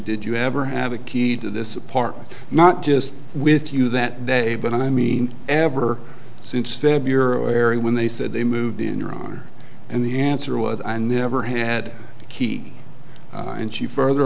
did you ever have a key to this apartment not just with you that day but i mean ever since february when they said they moved in your honor and the answer was i never had a key and she further